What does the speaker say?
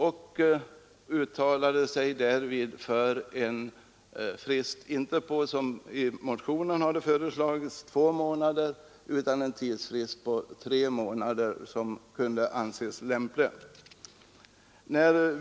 Utskottet uttalade därvid att en frist av tre månader borde anses lämplig.